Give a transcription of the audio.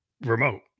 remote